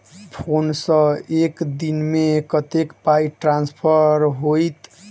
Phone सँ एक दिनमे कतेक पाई ट्रान्सफर होइत?